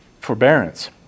forbearance